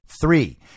Three